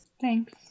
thanks